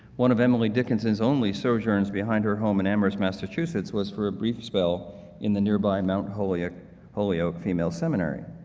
one of emily dickinson's only sojourns behind her home in amherst, massachusetts was for a brief spell in the nearby mount holyoke holyoke female seminary.